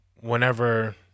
whenever